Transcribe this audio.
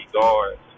guards